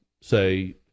say